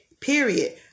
period